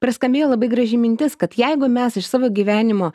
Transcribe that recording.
praskambėjo labai graži mintis kad jeigu mes iš savo gyvenimo